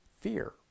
fear